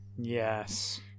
Yes